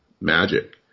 magic